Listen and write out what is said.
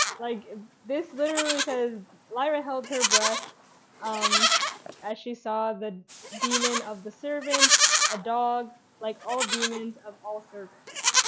like this literally says lyra held her breath um as she saw the daemon of the servant a dog like all demons of all servants.